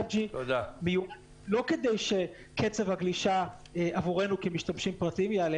5G לא כדי שקצב הגלישה עבורנו כמשתמשים פרטיים יעלה